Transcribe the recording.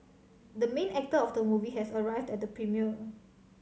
the main actor of the movie has arrived at the premiere